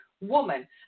woman